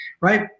right